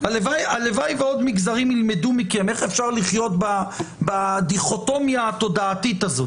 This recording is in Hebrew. הלוואי ועוד מגזרים ילמדו מכם איך אפשר לחיות בדיכוטומיה התודעתית הזאת,